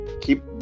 keep